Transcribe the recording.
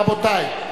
רבותי,